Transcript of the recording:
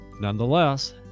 Nonetheless